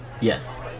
Yes